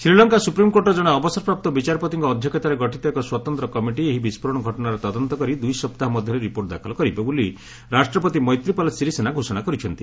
ଶ୍ରୀଲଙ୍କା ସୁପ୍ରିମ୍କୋର୍ଟର ଜଣେ ଅବସରପ୍ରାପ୍ତ ବିଚାରପତିଙ୍କ ଅଧ୍ୟକ୍ଷତାରେ ଗଠିତ ଏକ ସ୍ପତନ୍ତ କମିଟି ଏହି ବିସ୍ଫୋରଣ ଘଟଣାର ତଦନ୍ତ କରି ଦୂଇ ସପ୍ତାହ ମଧ୍ୟରେ ରିପୋର୍ଟ ଦାଖଲ କରିବେ ବୋଲି ରାଷ୍ଟ୍ରପତି ମୈତ୍ରୀପାଳ ସିରିସେନା ଘୋଷଣା କରିଛନ୍ତି